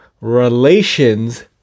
relations